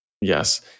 Yes